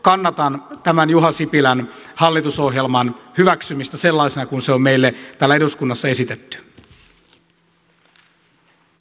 kannatan tämän juha sipilän hallitusohjelman hyväksymistä sellaisena kuin se on meille täällä eduskunnassa esitetty